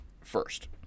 first